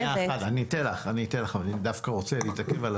גברתי, אני אתן לך אבל אני דווקא רוצה להתעכב.